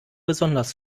besonders